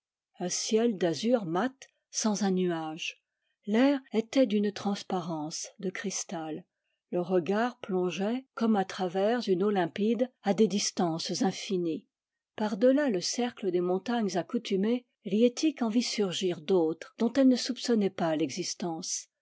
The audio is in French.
un ciel d'azur mat sans un nuage l'air était d'une transparence de cristal le regard plongeait comme à travers une eau limpide à des distances infinies par delà le cercle des montagnes accoutumées liettik en vit surgir d'autres dont elle ne soupçonnait pas l existence